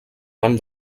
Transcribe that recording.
van